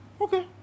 Okay